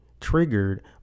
triggered